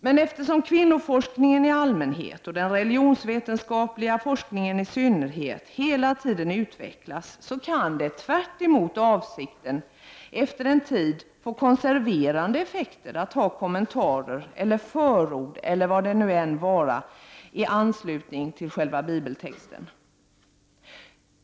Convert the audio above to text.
Men eftersom kvinnoforskningen i allmänhet och den religionsvetenskapliga kvinnoforskningen i synnerhet hela tiden utvecklas kan det, tvärtemot avsikten, efter en tid få konserverande effekter att ha kommentarer eller förord, eller vad det nu än må vara, i anslutning till själva bibeltexten.